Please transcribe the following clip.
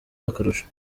akarusho